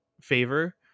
favor